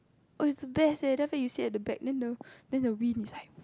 oh it's the best leh then after that you sit at the back then the then the wind is like